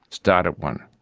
started one.